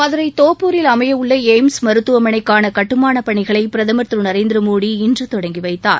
மதுரை தோப்பூரில் அமையவுள்ள எய்ம்ஸ் மருத்துவமனைக்கான கட்டுமானப் பணிகளை பிரதமர் திரு நரேந்திர மோடி இன்று தொடங்கி வைத்தார்